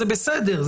זה בסדר,